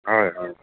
হয় হয়